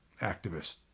activist